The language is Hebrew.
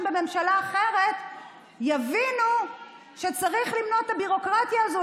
בממשלה אחרת יבינו שצריך למנוע את הביורוקרטיה הזאת,